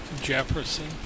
Jefferson